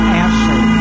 answer